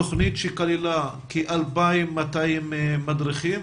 תוכנית שכללה כ-2,200 מדריכים,